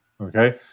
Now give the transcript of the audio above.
okay